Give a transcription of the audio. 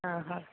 ആ ഹാ